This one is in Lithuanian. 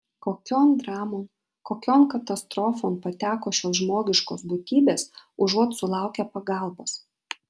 kokion dramon kokion katastrofon pateko šios žmogiškos būtybės užuot sulaukę pagalbos